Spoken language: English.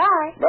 Bye